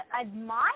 admire